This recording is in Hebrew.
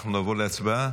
אנחנו נעבור להצבעה,